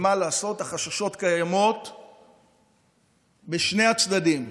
מה לעשות, החששות קיימים בשני הצדדים,